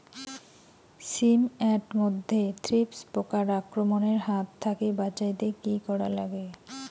শিম এট মধ্যে থ্রিপ্স পোকার আক্রমণের হাত থাকি বাঁচাইতে কি করা লাগে?